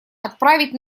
отправить